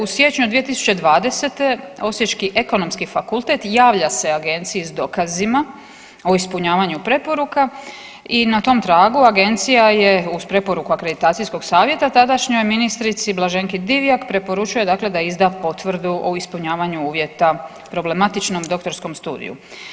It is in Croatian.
U siječnju 2020. osječki Ekonomski fakultet javlja se agenciji s dokazima o ispunjavanju preporuka i na tom tragu agencija je uz preporuku akreditacijskog savjeta tadašnjoj ministrici Blaženki Divjak preporučuje dakle da izda potvrdu o ispunjavanju uvjeta problematičnom doktorskom studiju.